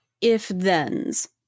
if-thens